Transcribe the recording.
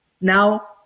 now